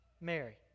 Mary